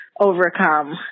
overcome